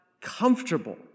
comfortable